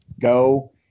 Go